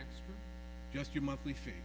is just your monthly fee